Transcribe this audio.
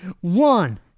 One